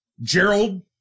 Gerald